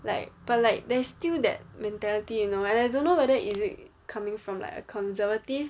like but like there's still that mentality you know and I don't know whether is it coming from like a conservative